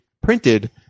printed